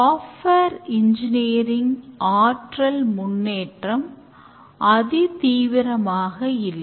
software engineering ஆற்றல் முன்னேற்றம் அதிதீவிரமாக இல்லை